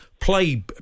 play